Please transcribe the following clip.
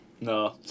No